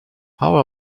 how